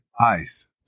ice